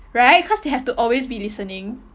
right cause they have to always be listening